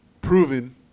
proven